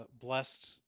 blessed